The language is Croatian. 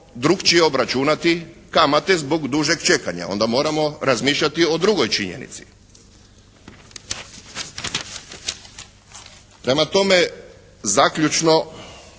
drukčije obračunati kamate zbog dužeg čekanja, onda moramo razmišljati o drugoj činjenici. Prema tome zaključno